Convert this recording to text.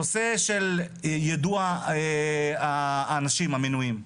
הנושא של יידוע האנשים המנויים.